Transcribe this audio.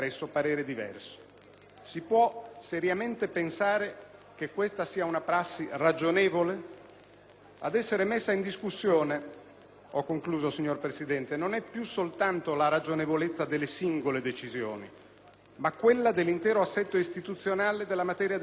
Si può seriamente pensare che questa sia una prassi ragionevole? Ad essere messa in discussione non è più soltanto la ragionevolezza delle singole decisioni, ma quella dell'intero assetto istituzionale della materia dell'insindacabilità